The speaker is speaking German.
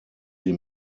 sie